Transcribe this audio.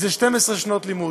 זה 12 שנות לימוד.